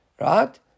Right